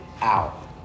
out